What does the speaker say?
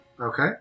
Okay